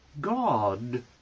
God